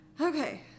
Okay